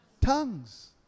Tongues